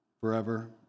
forever